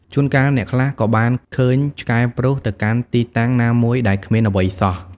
ជួនកាលអ្នកខ្លះក៏បានឃើញឆ្កែព្រុសទៅកាន់ទីតាំងណាមួយដែលគ្មានអ្វីសោះ។